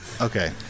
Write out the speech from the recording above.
Okay